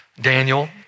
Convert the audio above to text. Daniel